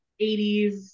80s